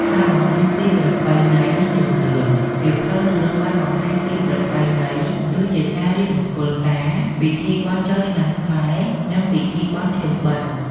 ការបង្ហាញពីប្រពៃណី និងជំនឿសៀវភៅរឿងបានបង្ហាញពី ប្រពៃណី ដូចជាការរៀបមង្គលការ ពិធីបុណ្យចូលឆ្នាំខ្មែរ និងពិធីបុណ្យភ្ជុំបិណ្ឌ។